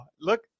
look